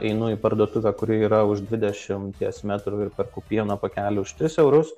einu į parduotuvę kuri yra už dvidešimties metrų ir perku pieno pakelį už tris eurus